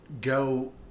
go